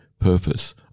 purpose